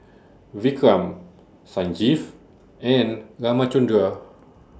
Vikram Sanjeev and Ramchundra